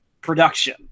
Production